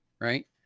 Right